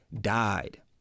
died